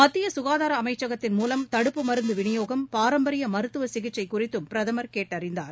மத்தியசுகாதாரஅமைச்சகத்தின் மூலம் தடுப்பு மருந்துவிநியோகம் பாரம்பரியமருத்துவசிகிச்சைகுறித்தும் பிரதமர் கேட்டறிந்தார்